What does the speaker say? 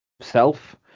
self